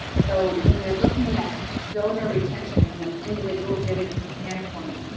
so, when you're looking at donor retention from an individual giving standpoint,